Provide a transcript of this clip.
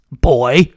Boy